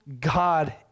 God